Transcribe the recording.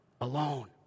alone